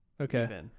Okay